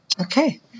Okay